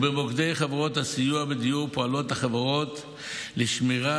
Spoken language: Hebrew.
ובמוקדי חברות הסיוע בדיור פועלות החברות לשמירה